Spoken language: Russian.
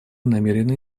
намерены